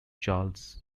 charles